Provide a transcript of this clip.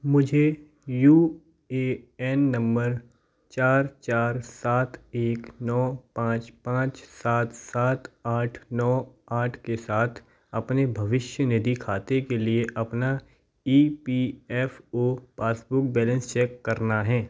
मुझे U A N number चार चार सात एक नौ पाँच पाँच सात सात आठ नौ आठ के साथ अपने भविष्य निधि खाते के लिए अपना E P F O passbook balance check करना है